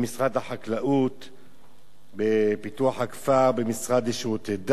משרד החקלאות ופיתוח הכפר, המשרד לשירותי דת,